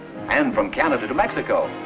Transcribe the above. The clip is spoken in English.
and from canada to mexico,